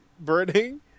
burning